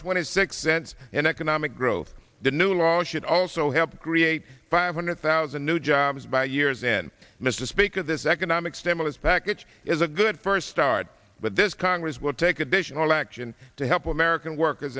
twenty six cents an economic growth the new law we should also help agree eight hundred thousand new jobs by year's end mr speaker this economic stimulus package is a good first start but this congress will take additional action to help american workers